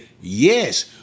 yes